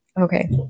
Okay